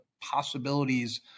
possibilities